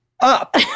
up